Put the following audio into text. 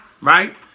right